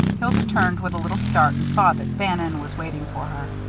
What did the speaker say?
hilda turned with a little start and saw that bannon was waiting for her.